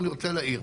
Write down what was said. כן.